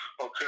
Okay